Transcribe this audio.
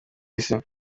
isi